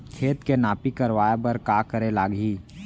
खेत के नापी करवाये बर का करे लागही?